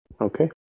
Okay